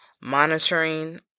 monitoring